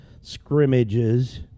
scrimmages